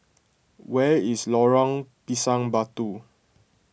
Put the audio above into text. where is Lorong Pisang Batu